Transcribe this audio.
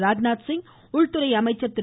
ராஜ்நாத் சிங் உள்துறை அமைச்சர் திரு